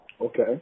okay